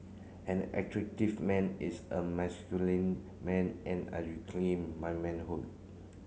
an attractive man is a masculine man and I reclaim my manhood